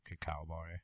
Cowboy